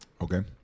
Okay